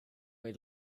way